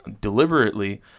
deliberately